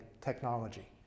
technology